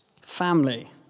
Family